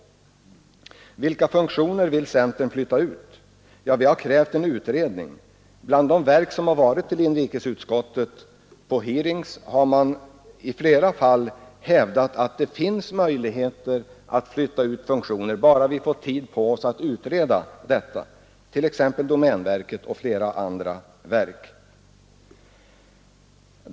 Vilka funktioner vill centern flytta ut? Ja, vi har krävt en utredning om detta. Bland de verk som har deltagit vid hearings i inrikesutskottet har man i flera fall hävdat att det finns möjligheter att flytta ut funktioner, bara man får möjligheter att utreda detta, t.ex. domänverket och flera andra verk.